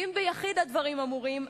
ואם ביחיד הדברים אמורים,